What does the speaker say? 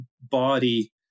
body